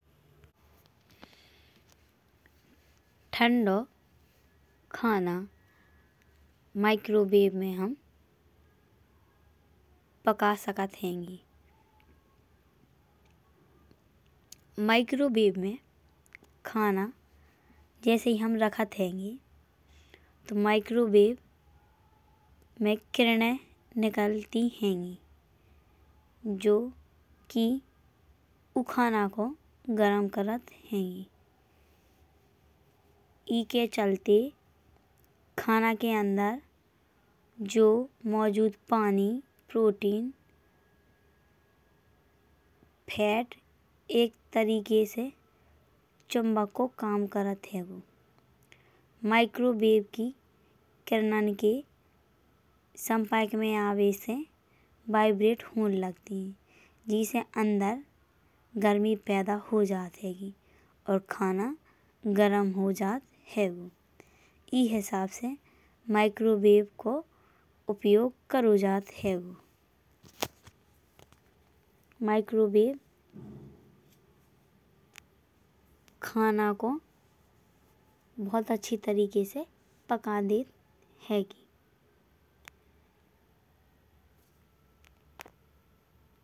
ठंडो खाना माइक्रोवेव में हम पका सकत हैंगे। माइक्रोवेव में खाना जैसेई हम रखत हैंगे। तो माइक्रोवेव में किरणें निकलती हैंगी। जोकी ओ खना को गरम करत हैंगी। ईके चलते खाना के अंदर जो मौजूद पानी प्रोटीन फैट। एक तरीके से चुम्बक को काम करत हैंगो। माइक्रोवेव की किरणन के संपर्क में आवे से वाइब्रेट हों लगती। जैसे अंदर गर्मी पैदा हो जात हैंगे और खाना गरम हो जात हैंगो। ई हिसाब से माइक्रोवेव को उपयोग करौ जात हैंगो। माइक्रोवेव खना को बहुत अच्छे तरीके से पका दैत हैंगे।